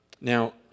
Now